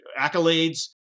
accolades